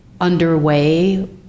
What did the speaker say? underway